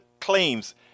claims